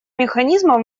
механизмов